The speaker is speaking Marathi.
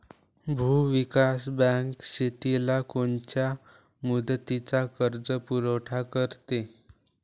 भूविकास बँक शेतीला कोनच्या मुदतीचा कर्जपुरवठा करते?